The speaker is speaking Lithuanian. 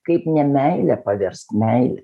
kaip nemeilę paverst meile